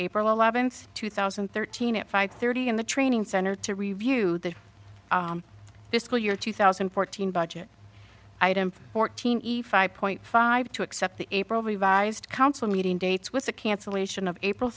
april eleventh two thousand and thirteen at five thirty in the training center to review the fiscal year two thousand and fourteen budget item fourteen five point five two except the april revised council meeting dates with the cancellation of april